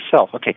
Okay